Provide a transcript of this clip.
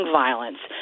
violence